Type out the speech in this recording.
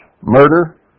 murder